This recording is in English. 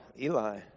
Eli